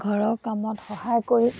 ঘৰৰ কামত সহায় কৰি